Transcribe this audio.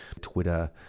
Twitter